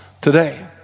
today